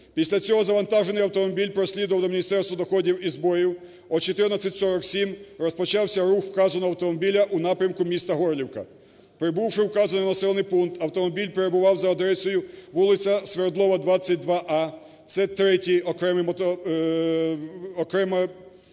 Після цього завантажений автомобіль прослідував до Міністерства доходів і зборів. О 14:47 розпочався рух вказаного автомобіля у напрямку міста Горлівка. Прибувши в указаний населений пункт, автомобіль перебував за адресою: вулиця Свердлова 22А, це третій окремий